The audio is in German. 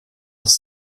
das